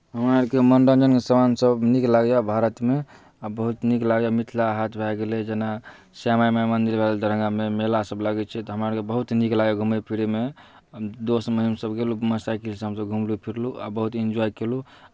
हमरा अरके मनोरञ्जनके सामानसभ नीक लगैए भारतमे आ बहुत नीक लगैए मिथिला हाट भए गेलै जेना श्यामा माइ मन्दिर भए गेलै दरभंगामे मेलासभ लगै छै तऽ हमरा अरके बहुत नीक लगैए घूमै फिरैमे दोस्त महीमसभ गेलहुँ मोटरसाइकिलसँ हमसभ घुमलहुँ फिरलहुँ आ बहुत इन्जॉय कयलहुँ